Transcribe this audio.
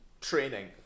training